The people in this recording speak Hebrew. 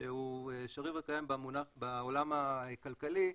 שהוא שריר וקיים בעולם הכלכלי.